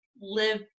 live